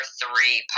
three